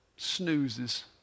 snoozes